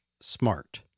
smart